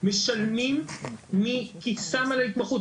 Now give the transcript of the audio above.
משלמים מכיסם על ההתמחות.